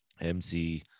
MC